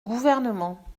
gouvernement